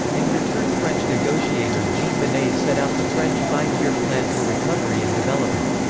in return french negotiator jean monnet set out the french five-year plan for recovery and development.